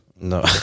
No